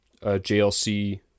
JLC